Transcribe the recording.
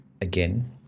again